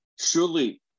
surely